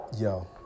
Yo